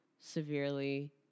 severely